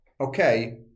okay